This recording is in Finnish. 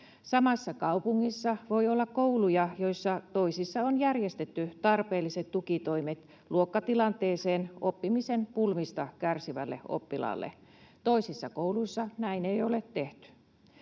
Samassa kaupungissa voi olla kouluja, joissa toisissa on järjestetty tarpeelliset tukitoimet luokkatilanteeseen oppimisen pulmista kärsivälle oppilaalle, ja toisissa kouluissa näin ei ole tehty.